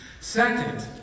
Second